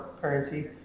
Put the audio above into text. currency